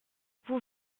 vous